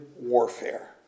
warfare